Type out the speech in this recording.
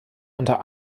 unter